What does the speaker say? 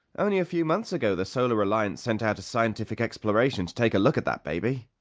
only a few months ago the solar alliance sent out a scientific exploration to take a look at that baby.